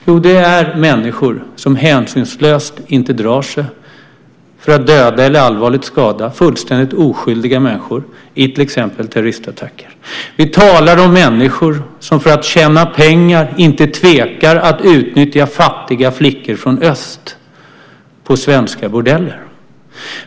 Jo, det är människor som hänsynslöst inte drar sig för att döda eller allvarligt skada fullständigt oskyldiga människor i till exempel terroristattacker. Vi talar om människor som för att tjäna pengar inte tvekar att utnyttja fattiga flickor från öst på svenska bordeller.